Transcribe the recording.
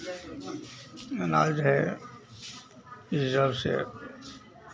अनाज जो है इस हिसाब से